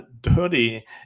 dirty